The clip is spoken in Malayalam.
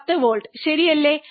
10 വോൾട്ട് ശരിയല്ലേ